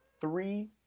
three